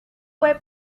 fue